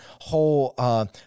whole